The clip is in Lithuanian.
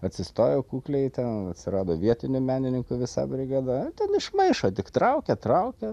atsistojau kukliai ten atsirado vietinių menininkų visa brigada ten išmaišo tik traukia traukia